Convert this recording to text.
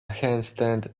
handstand